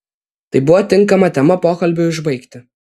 tai buvo tinkama tema pokalbiui užbaigti